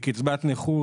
מקצבת נכות,